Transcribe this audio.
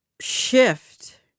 shift